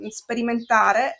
sperimentare